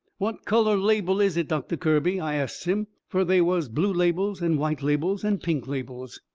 what colour label is it, doctor kirby? i asts him. fur they was blue labels and white labels and pink labels.